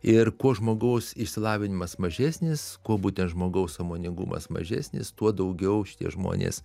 ir kuo žmogaus išsilavinimas mažesnis kuo būtent žmogaus sąmoningumas mažesnis tuo daugiau šitie žmonės